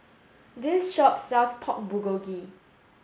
this shop sells Pork Bulgogi